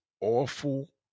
awful